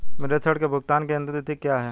मेरे ऋण के भुगतान की अंतिम तिथि क्या है?